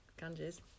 Ganges